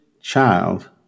child